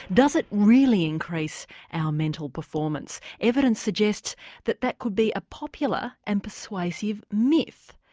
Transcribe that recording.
does it really increase our mental performance? evidence suggests that that could be a popular and persuasive myth.